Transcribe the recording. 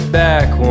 back